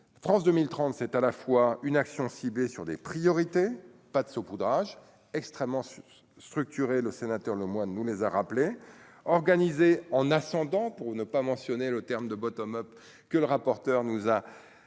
France 2030, c'est à la fois une action ciblée sur des priorités : pas de saupoudrage extrêmement structuré le sénateur Lemoine nous les a rappelés organisé en ascendant pour ne pas mentionner le terme de bottes aux que le rapporteur nous a je